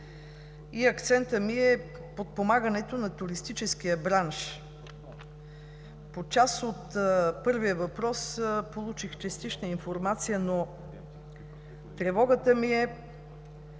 Акцентът ми е подпомагането на туристическия бранш. По част от първия въпрос получих частична информация, но тревогата ми е: